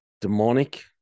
Demonic